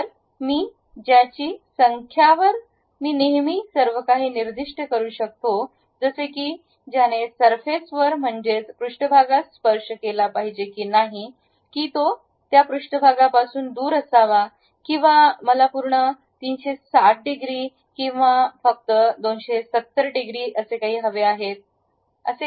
तर मी ज्याची संख्यावर मी नेहमी सर्व काही निर्दिष्ट करू शकतो जसे की त्याने सरफेस वर म्हणजेच पृष्ठभागास स्पर्श केला पाहिजे की नाही की त्या पृष्ठभागापासून दूर असावे किंवा मला पूर्ण 360 डिग्री किंवा फक्त 270 डिग्री हवे आहेत का